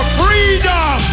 freedom